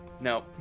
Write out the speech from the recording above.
No